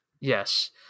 Yes